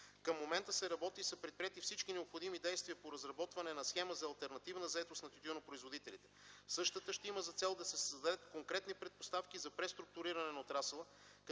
Към момента се работи и са предприети всички необходими действия по разработване на схема за алтернативна заетост на тютюнопроизводителите. Същата ще има за цел да се създадат конкретни предпоставки за преструктуриране на отрасъла,